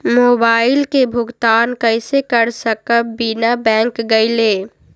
Mobile के भुगतान कईसे कर सकब बिना बैंक गईले?